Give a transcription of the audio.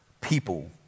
people